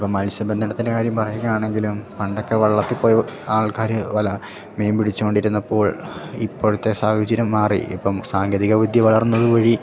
ഇപ്പോൾ മൽസ്യ ബന്ധനത്തിൻ്റെ കാര്യം പറയുക ആണെങ്കിലും പണ്ടൊക്കെ വള്ളത്തിൽ പോയി ആൾക്കാർ വല മീൻ പിടിച്ചു കൊണ്ടിരുന്നപ്പോൾ ഇപ്പോഴത്തെ സാഹചര്യം മാറി ഇപ്പം സാങ്കേതിക വിദ്യ വളർന്നത് വഴി